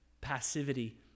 passivity